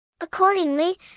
Accordingly